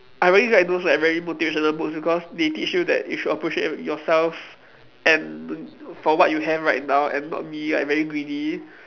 I really like those like very motivational books because they teach you that if you appreciate yourself and for what you have right now and not be like very greedy